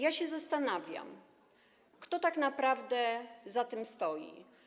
Ja się zastanawiam, kto tak naprawdę za tym stoi.